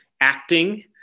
acting